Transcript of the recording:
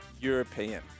European